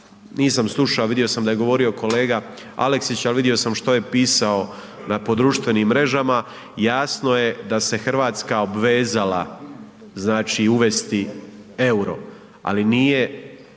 nisam sluša a vidio sam da je govorio kolega Aleksić ali vidio sam što je pisao po društvenim mrežama, jasno je da se Hrvatska obvezala, znači uvesti euro ali nije